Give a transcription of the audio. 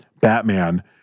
Batman